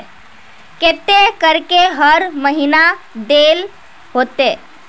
केते करके हर महीना देल होते?